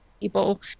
people